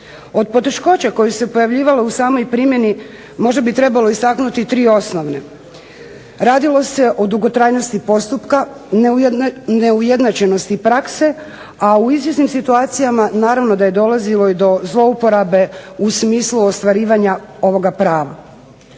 Od poteškoća koje su se pojavljivale u samoj primjeni možda bi trebalo istaknuti tri osnovne. Radilo se o dugotrajnosti postupka, neujednačenosti prakse, a u izvjesnim situacijama naravno da je dolazilo i do zlouporabe u smislu ostvarivanja ovoga prava.